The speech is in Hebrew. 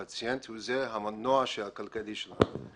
הפציינט הוא המנוע הכלכלי שלנו.